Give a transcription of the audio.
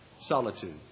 solitude